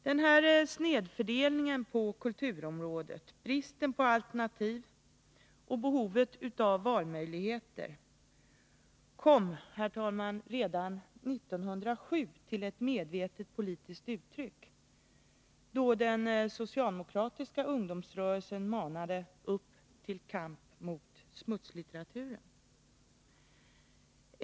Denna snedfördelning på kulturområdet, bristen på alternativ och behovet av valmöjligheter kom, herr talman, redan 1907 till medvetet politiskt uttryck, då den socialdemokratiska ungdomsrörelsen manade ”Upp till kamp mot smutslitteraturen”.